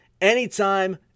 anytime